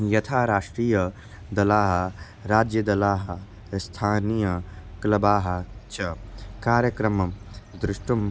यथा राष्ट्रीयदलाः राज्यदलाः स्थानीयक्लबाः च कार्यक्रमं द्रष्टुम्